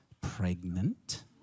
pregnant